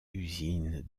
usine